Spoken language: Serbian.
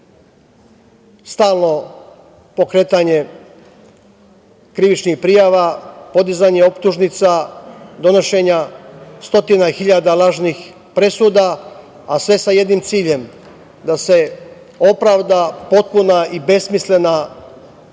stalno pokretanje krivičnih prijava, podizanje optužnica, donošenje stotina hiljada lažnih presuda, a sve sa jednim ciljem da se opravda potpuna i besmislena laž,